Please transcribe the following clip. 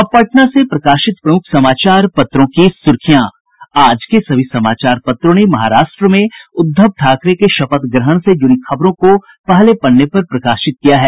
अब पटना से प्रकाशित प्रमुख समाचार पत्रों की सुर्खियां आज के सभी समाचार पत्रों ने महाराष्ट्र में उद्धव ठाकरे के शपथ ग्रहण से जुड़ी खबरों को पहले पन्ने पर प्रकाशित किया है